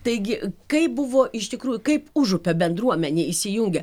taigi kaip buvo iš tikrųjų kaip užupio bendruomenė įsijungia